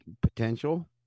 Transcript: potential